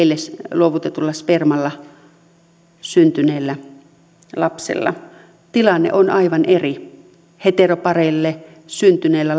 luovutetulla spermalla syntyneillä lapsilla tilanne on aivan eri heteropareille syntyneellä